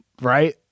right